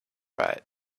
right